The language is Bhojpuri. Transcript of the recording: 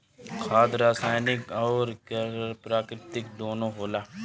खाद रासायनिक अउर प्राकृतिक दूनो होला